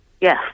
yes